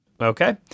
Okay